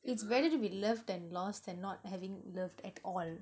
it's better to be loved then lost than not having loved at all